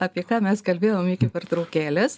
apie ką mes kalbėjom iki pertraukėlės